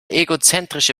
egozentrische